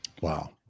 wow